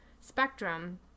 spectrum